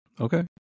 Okay